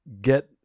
get